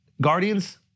Guardians